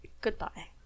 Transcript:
Goodbye